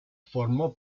formó